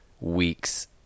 weeks